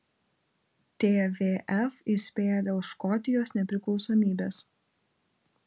tvf įspėja dėl škotijos nepriklausomybės